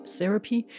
Therapy